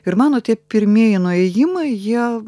ir mano tie pirmieji nuėjimai jie